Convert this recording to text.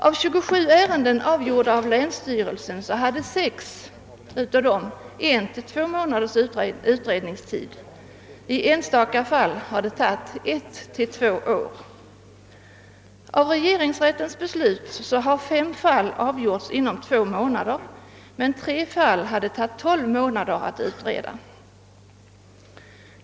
I 27 ärenden avgjorda av länsstyrelsen hade sex en utredningstid av en till två månader; i enstaka fall har utredningstiden varit ett till två år. Av regeringsrättens beslut har fem fall avgjorts inom två månader, men tre fall har tagit tolv månader att utreda.